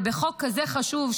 ובחוק כזה חשוב,